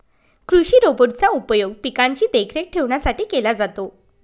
कृषि रोबोट चा उपयोग पिकांची देखरेख ठेवण्यासाठी केला जातो